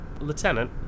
Lieutenant